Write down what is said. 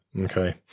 okay